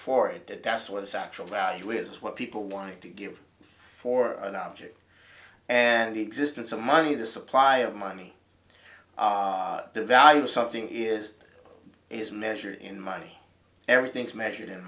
for it that's what it's actual value is what people want to give for an object and the existence of money the supply of money the value of something is is measured in money everything's measured